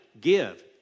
give